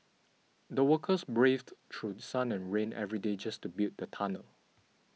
the workers braved through sun and rain every day just to build the tunnel